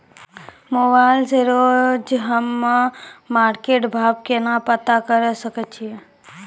Mobile से रोजे हम्मे मार्केट भाव केना पता करे सकय छियै?